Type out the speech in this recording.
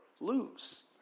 lose